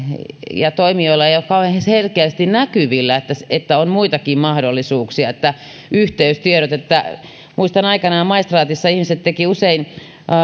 ja toimijoilla ei ole kauhean selkeästi näkyvillä että on muitakin mahdollisuuksia eikä yh teystietoja ole esillä muistan kun aikanaan maistraatissa ihmiset tekivät usein